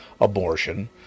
abortion